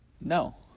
No